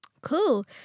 Cool